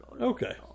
Okay